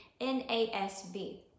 NASB